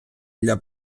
для